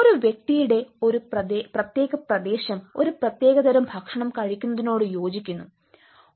ഒരു വ്യക്തിയുടെ ഒരു പ്രത്യേക പ്രദേശം ഒരു പ്രത്യേക തരം ഭക്ഷണം കഴിക്കുന്നതിനോട് യോജിക്കുന്നു